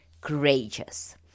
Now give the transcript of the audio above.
courageous